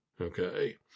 Okay